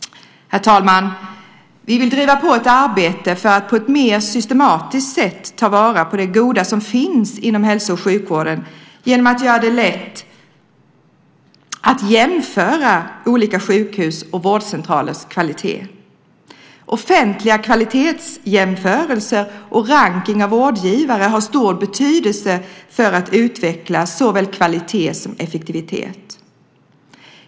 Herr talman! Vi vill driva på ett arbete för att på ett mer systematiskt sätt ta vara på det goda som finns i hälso och sjukvården genom att göra det lätt att jämföra olika sjukhus och vårdcentralers kvalitet. Offentliga kvalitetsjämförelser och rankning av vårdgivare har stor betydelse för att utveckla såväl kvalitet som effektivitet.